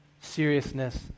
seriousness